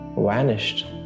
vanished